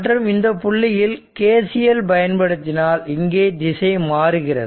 மற்றும் இந்த புள்ளியில் KCL பயன்படுத்தினால் இங்கே திசை மாறுகிறது